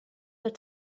that